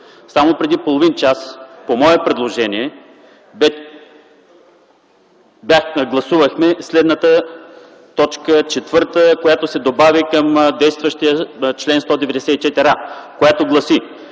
Само преди половин час по мое предложение гласувахме следната ал. 4, която се добави към действащия чл. 194а, която гласи: